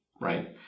right